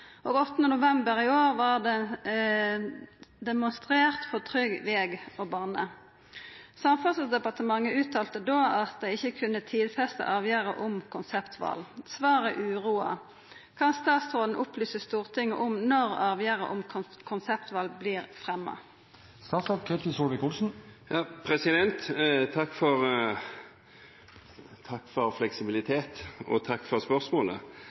og 8. november i år vart det demonstrert for trygg veg og bane. Samferdselsdepartementet uttalte da at dei ikkje kunne tidfesta avgjerda om konseptval. Svaret uroar. Kan statsråden opplysa Stortinget om når avgjerda om konseptval vert fremja?» Takk for fleksibilitet, og takk for